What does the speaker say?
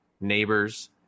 neighbors